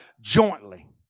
jointly